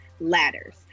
ladders